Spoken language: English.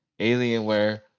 Alienware